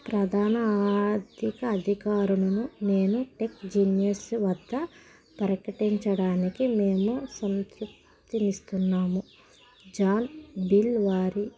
ప్రధాన ఆర్థిక అధికారులను నేను టెక్ జెనియస్ వద్ద ప్రకటించడానికి మేము సంతృప్తినిస్తున్నాము చాల్ బిల్ వారి